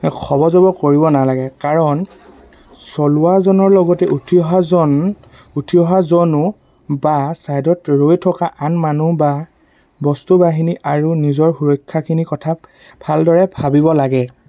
খপ জপ কৰিব নালাগে কাৰণ চলোৱাজনৰ লগতে উঠি অহাজন উঠি অহাজনো বা ছাইডত ৰৈ থকা আন মানুহ বা বস্তু বাহিনী আৰু নিজৰ সুৰক্ষাখিনিৰ কথা ভালদৰে ভাবিব লাগে